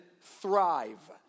thrive